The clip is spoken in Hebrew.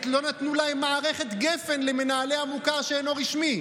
לא נתנו להם מערכת גפ"ן, למנהלי המוכר שאינו רשמי.